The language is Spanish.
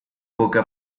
poca